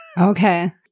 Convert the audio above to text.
Okay